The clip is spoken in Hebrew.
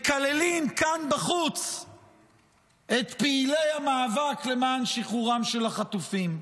מקללים כאן בחוץ את פעילי המאבק למען שחרורם של החטופים.